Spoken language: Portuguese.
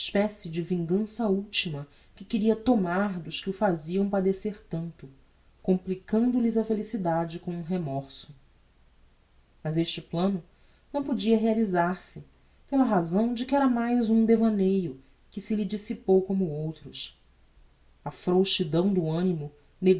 especie de vingança ultima que queria tomar dos que o faziam padecer tanto complicando lhes a felicidade com um remorso mas este plano não podia realisar se pela razão de que era mais um devaneio que se lhe dissipou como os outros a frouxidão do animo